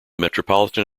metropolitan